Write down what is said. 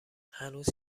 هنوز